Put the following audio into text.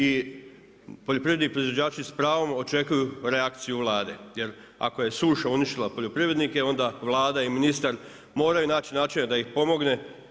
I poljoprivredni proizvođači s pravom očekuju reakciju Vlade, jer ako je suša uništila poljoprivrednike, onda Vlada i ministar moraju naći načina da ih pomogne.